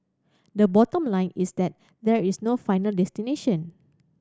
the bottom line is that there is no final destination